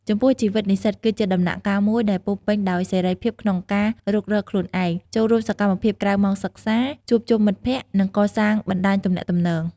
ចំពោះជីវិតនិស្សិតគឺជាដំណាក់កាលមួយដែលពោរពេញដោយសេរីភាពក្នុងការរុករកខ្លួនឯង ចូលរួមសកម្មភាពក្រៅម៉ោងសិក្សា ជួបជុំមិត្តភក្តិ និងកសាងបណ្តាញទំនាក់ទំនង។